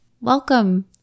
Welcome